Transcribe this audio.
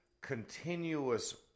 continuous